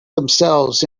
themselves